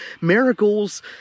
Miracles